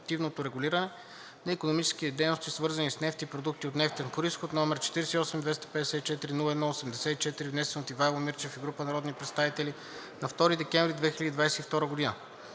административното регулиране на икономическите дейности, свързани с нефт и продукти от нефтен произход, с № 48-254-01-84, внесен от Ивайло Мирчев и група народни представители на 2 декември 2022 г.